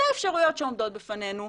זה האפשרויות שעומדות בפנינו,